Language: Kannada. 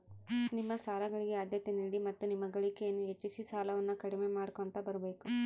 ನಿಮ್ಮ ಸಾಲಗಳಿಗೆ ಆದ್ಯತೆ ನೀಡಿ ಮತ್ತು ನಿಮ್ಮ ಗಳಿಕೆಯನ್ನು ಹೆಚ್ಚಿಸಿ ಸಾಲವನ್ನ ಕಡಿಮೆ ಮಾಡ್ಕೊಂತ ಬರಬೇಕು